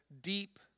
deep